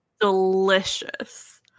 delicious